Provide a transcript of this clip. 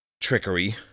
trickery